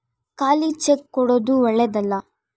ಖಾಲಿ ಚೆಕ್ ಕೊಡೊದು ಓಳ್ಳೆದಲ್ಲ